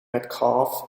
metcalf